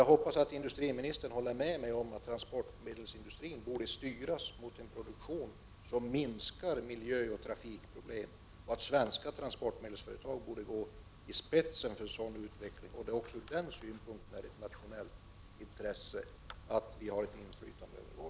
Jag hoppas att industriministern håller med mig om att transportmedelsindustrin borde styras mot en produktion som minskar miljöoch trafikproblemen och att svenska transportmedelsföretag borde gå i spetsen för en sådan utveckling. Det är också ur den synpunkten ett nationellt intresse att vi har ett inflytande över Volvo.